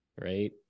right